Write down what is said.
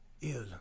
ill